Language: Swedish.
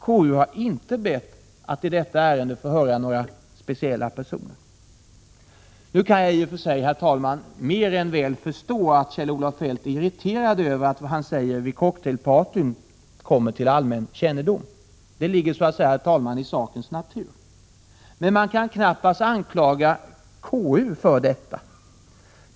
KU har inte bett att i detta ärende få höra några speciella personer. Jag kan i och för sig, herr talman, mer än väl förstå att Kjell-Olof Feldt är irriterad över att vad han säger vid cocktailpartyn kommer till allmän kännedom -— det ligger så att säga i sakens natur. Men han kan knappast anklaga KU för detta.